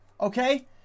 okay